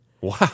Wow